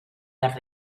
las